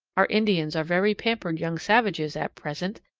our indians are very pampered young savages at present,